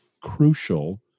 crucial